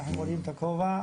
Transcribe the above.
אני מוריד את הכובע,